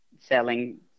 selling